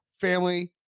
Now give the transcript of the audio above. family